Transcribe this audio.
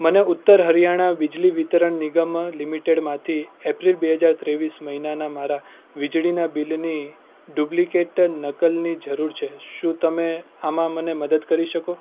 મને ઉત્તર હરિયાણા બિજલી વિતરણ નિગમ લિમિટેડમાંથી એપ્રિલ બે હજાર ત્રેવીસ મહિનાના મારા વીજળીના બિલની ડુપ્લિકેટ નકલની જરૂર છે શું તમે આમાં મને મદદ કરી શકો